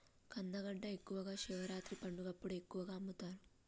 కందగడ్డ ఎక్కువగా శివరాత్రి పండగప్పుడు ఎక్కువగా అమ్ముతరు